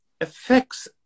affects